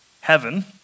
heaven